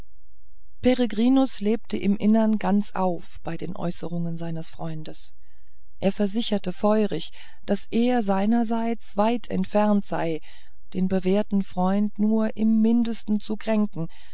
lebte im innern ganz auf bei den äußerungen seines freundes er versicherte feurig daß er seinerseits weit entfernt sei den bewährten freund nur im mindesten zu kränken